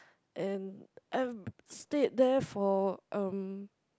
and I've stayed there for um